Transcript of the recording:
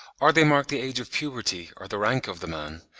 or they mark the age of puberty, or the rank of the man,